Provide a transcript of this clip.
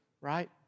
Right